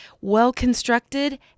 well-constructed